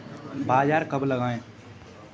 बाजरा कब लगाएँ?